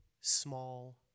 small